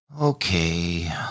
okay